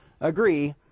agree